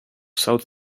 south